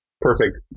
perfect